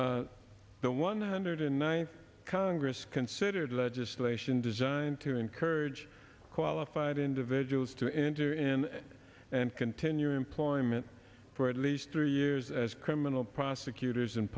the one hundred ninth congress considered legislation designed to encourage qualified individuals to enter in and continue employment for at least three years as criminal prosecutors